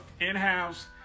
in-house